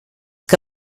que